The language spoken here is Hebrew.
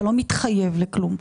אתה לא מתחייב לכלום.